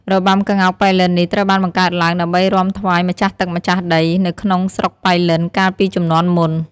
របាំក្ងោកប៉ៃលិននេះ ត្រូវបានបង្កើតឡើងដើម្បីរាំថ្វាយម្ចាស់ទឹក ម្ចាស់ដី នៅក្នុងស្រុកប៉ៃលិនកាលពីជំនាន់មុន។